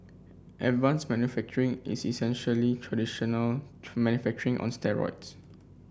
advanced manufacturing is essentially traditional manufacturing on steroids